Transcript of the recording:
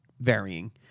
varying